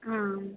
ஆ